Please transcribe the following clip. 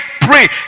pray